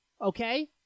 Okay